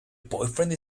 boyfriend